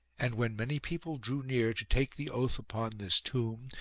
and when many people drew near to take the oath upon this tomb,